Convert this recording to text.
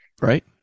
right